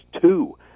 two